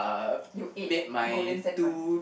you ate golden sand bun